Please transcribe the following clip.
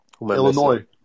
Illinois